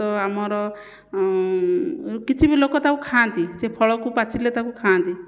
ତ ଆମର କିଛି ବି ଲୋକ ତାକୁ ଖାଆନ୍ତି ସେ ଫଳକୁ ପାଚିଲେ ତାକୁ ଖାଆନ୍ତି